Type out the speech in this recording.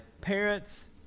parents